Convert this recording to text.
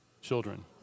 children